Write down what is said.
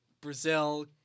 Brazil